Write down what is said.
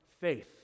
faith